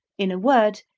in a word,